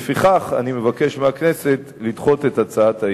לפיכך אני מבקש מהכנסת לדחות את הצעת האי-אמון.